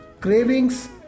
cravings